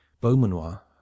Beaumanoir